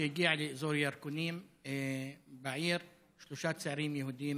כשהגיע לאזור ירקונים בעיר שלושה צעירים יהודים